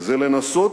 זה לנסות,